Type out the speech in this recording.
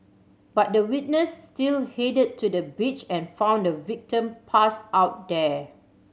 but the witness still headed to the beach and found the victim passed out there